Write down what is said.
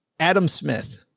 adam smith.